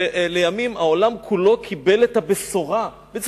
ולימים העולם כולו קיבל את הבשורה של